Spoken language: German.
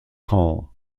caen